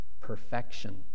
Perfection